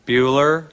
Bueller